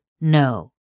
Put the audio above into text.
no